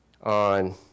on